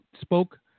spoke